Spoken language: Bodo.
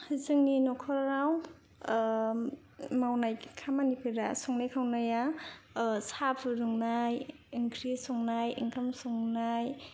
जोंनि न'खराव खामानि मावनाय खामानिफोरा संनाय खावनाया साहा फुदुंनाय ओंख्रि संनाय ओंखाम संनाय